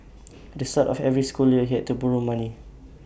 at the start of every school year he had to borrow money